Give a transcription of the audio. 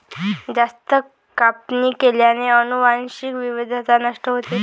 जास्त कापणी केल्याने अनुवांशिक विविधता नष्ट होते